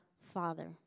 Father